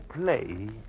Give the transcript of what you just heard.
play